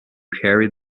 carry